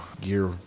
gear